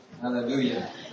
Hallelujah